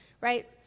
right